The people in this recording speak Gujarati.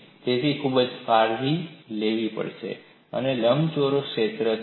તેથી તમારે તે વિશે ખૂબ કાળજી લેવી પડશે આ લંબચોરસ ક્ષેત્ર છે